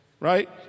right